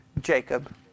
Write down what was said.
Jacob